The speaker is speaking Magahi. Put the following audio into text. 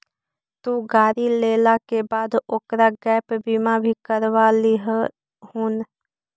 तु गाड़ी लेला के बाद ओकर गैप बीमा भी करवा लियहून